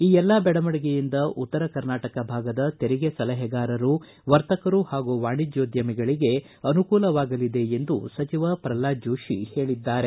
ಈ ಎಲ್ಲಾ ಬೆಳವಣಗೆಯಿಂದ ಉತ್ತರ ಕರ್ನಾಟಕದ ಭಾಗದ ತೆರಿಗೆ ಸಲಹೆಗಾರರು ವರ್ತಕರು ಹಾಗೂ ವಾಣಿಜ್ಕೋದ್ವಮಿಗಳಿಗೆ ಅತ್ತಂತ ಅನುಕೂಲವಾಗಲಿದೆ ಎಂದೂ ಸಚಿವ ಪ್ರಲ್ವಾದ್ ಜೋಶಿ ಹೇಳಿದ್ದಾರೆ